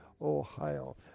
Ohio